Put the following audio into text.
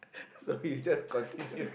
so you just continue